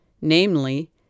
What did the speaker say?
namely